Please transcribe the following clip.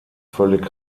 völlig